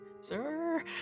Sir